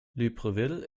libreville